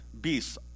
beasts